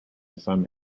some